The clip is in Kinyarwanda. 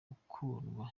gukundwa